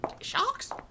sharks